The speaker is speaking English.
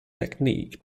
technique